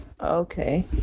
Okay